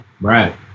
Right